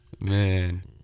man